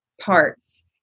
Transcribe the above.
parts